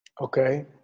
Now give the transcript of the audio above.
Okay